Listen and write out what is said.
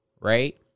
right